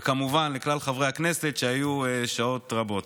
וכמובן לכלל חברי הכנסת, שהיו שעות רבות.